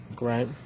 Right